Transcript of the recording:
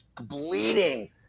bleeding